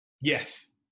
Yes